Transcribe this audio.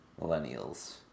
Millennials